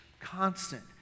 constant